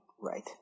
Right